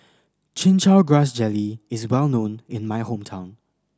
Chin Chow Grass Jelly is well known in my hometown